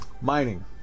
Mining